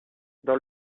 dans